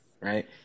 Right